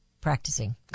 practicing